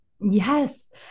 Yes